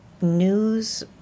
news